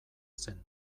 zen